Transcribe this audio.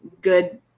good